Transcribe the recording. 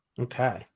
Okay